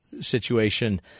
situation